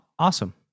Awesome